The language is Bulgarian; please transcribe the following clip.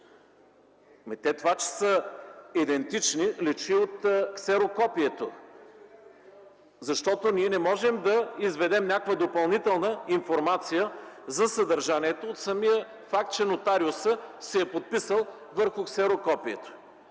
Това, че те са идентични, личи от ксерокопието. Ние не можем да изведем някаква допълнителна информация за съдържанието от самия факт, че нотариусът се е подписал върху ксерокопието.